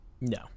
No